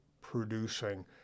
producing